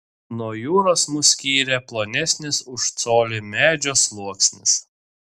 nuo jūros mus skyrė plonesnis už colį medžio sluoksnis